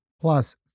plus